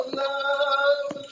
love